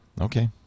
Okay